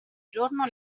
giorno